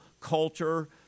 culture